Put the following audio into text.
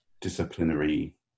disciplinary